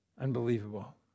unbelievable